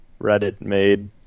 Reddit-made